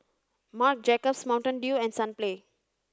Marc Jacobs Mountain Dew and Sunplay